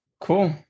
Cool